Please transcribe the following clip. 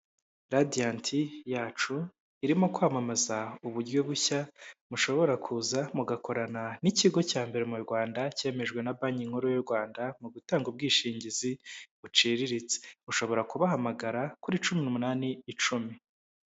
Radiyanti yacu irimo kwamamaza uburyo bushya mushobora kuza mugakorana n'ikigo cya mbere mu Rwanda cyemejwe na banki nkuru y'u Rwanda mu gutanga ubwishingizi buciriritse, mushobora kubahamagara kuri cumi n'umunani icumi.